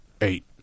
eight